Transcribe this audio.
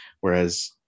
whereas